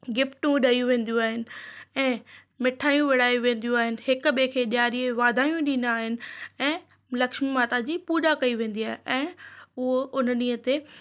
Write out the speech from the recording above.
गिफ्टूं ॾेई वेन्दियूं आहिनि ऐं मिठायूं विरिहायूं वेन्दियूं आहिनि हिक ॿिए खें ॾेयारीअ जूं वाधायूं ॾींदा आहिनि ऐं लक्ष्मी माता जी पूॼा कई वेन्दी आहे ऐं उहो उन ॾींह ते